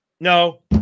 no